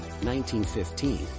1915